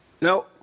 No